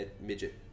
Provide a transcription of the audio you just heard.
midget